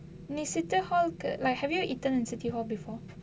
நீ:nee city hall கு:ku like have you eaten in city hall before